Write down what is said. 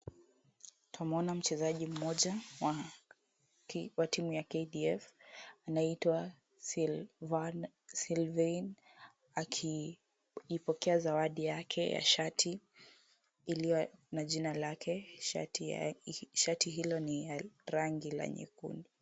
Tumeona mchezaji mmoja wa timu ya KDF anaitwa Sylyvaine akiipokea zawadi yake ya shati ilio na jina lake. Shati hilo ni la rangi la nyekundu.